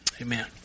Amen